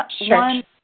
one